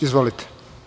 Izvolite.